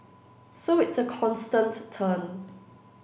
so it's a constant turn